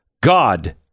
God